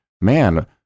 man